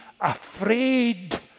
afraid